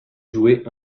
jouées